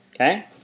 Okay